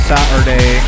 Saturday